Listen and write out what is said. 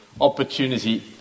opportunity